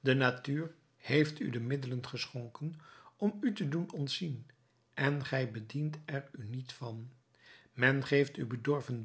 de natuur heeft u de middelen geschonken om u te doen ontzien en gij bedient er u niet van men geeft u bedorven